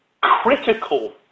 critical